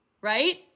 right